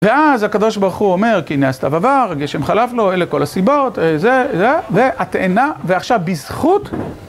ואז הקדוש ברוך הוא אומר, כי הנה הסתיו עבר, הגשם חלף לו, אלה כל הסיבות, זה, זה, והתאנה, ועכשיו בזכות...